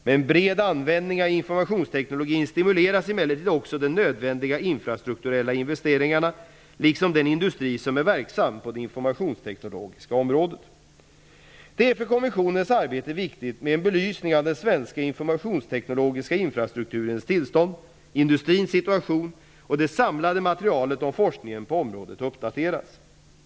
Med en bred användning av informationsteknologin stimuleras emellertid också nödvändiga infrastrukturella investeringar liksom den industri som är verksam på det informationsteknologiska området. Det är för kommissionens arbete viktigt med en belysning av den svenska informationsteknologiska infrastrukturens tillstånd liksom av industrins situation och att det samlade materialet om forskningen på området uppdateras.